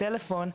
טלפון,